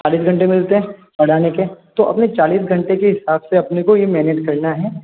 चालीस घंटे मिलते हैं पढ़ाने के तो अपने चालीस घंटे के हिसाब से अपने को ये मैनेज करना है